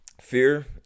Fear